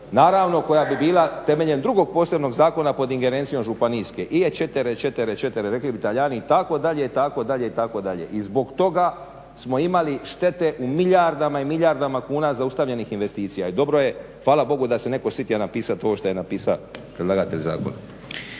naravno koja bi bila temeljem drugog posebnog zakona pod ingerencijom županijske … rekli bi Talijani, itd., itd., itd. I zbog toga smo imali štete u milijardama i milijardama zaustavljenih investicija i dobro je, hvala Bogu da se netko sjetio napisat ovo što je napisao predlagatelj zakona.